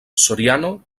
soriano